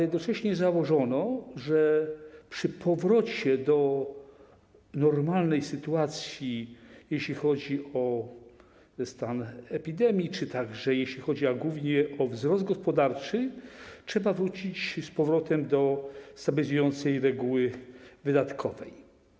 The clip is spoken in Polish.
Jednocześnie założono, że przy powrocie do normalnej sytuacji, jeśli chodzi o stan epidemii czy także jeśli chodzi głównie o wzrost gospodarczy, trzeba wrócić z powrotem do stabilizującej reguły wydatkowej.